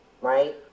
right